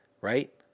right